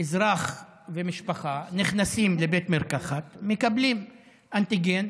אזרח ומשפחה נכנסים לבית מרקחת ומקבלים אנטיגן